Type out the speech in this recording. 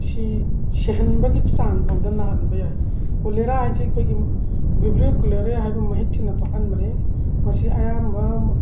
ꯁꯤ ꯁꯤꯍꯟꯕꯒꯤ ꯆꯥꯡ ꯐꯥꯎꯗ ꯅꯍꯥꯟꯕ ꯌꯥꯏ ꯀꯣꯂꯦꯔꯥ ꯍꯥꯏꯕꯁꯤ ꯑꯩꯈꯣꯏꯒꯤ ꯕ꯭ꯔꯤꯕ꯭ꯔꯤꯑꯣ ꯀꯣꯂꯦꯔꯤꯌꯥ ꯍꯥꯏꯕ ꯃꯍꯤꯛꯁꯤꯅ ꯊꯣꯛꯍꯟꯕꯅꯤ ꯃꯁꯤ ꯑꯌꯥꯝꯕ